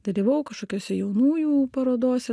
dalyvavau kažkokiose jaunųjų parodose